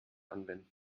anwenden